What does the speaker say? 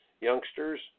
youngsters